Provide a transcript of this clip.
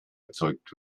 erzeugt